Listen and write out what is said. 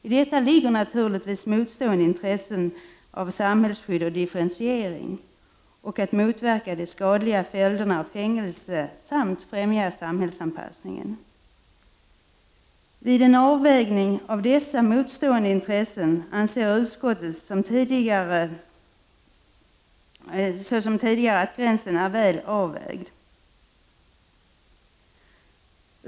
I detta ligger naturligtvis motstående intressen av samhällsskydd och differentiering, att motverka de skadliga följderna av fängelse samt att främja samhällsanpassningen. Vid en avvägning av dessa motstående intressen anser utskottet såsom tidigare att gränsen är väl avvägd.